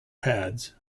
pads